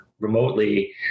remotely